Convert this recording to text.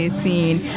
scene